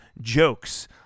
jokes